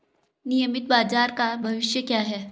नियमित बाजार का भविष्य क्या है?